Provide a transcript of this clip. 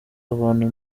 abantu